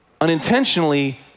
unintentionally